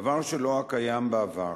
דבר שלא היה קיים בעבר.